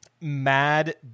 mad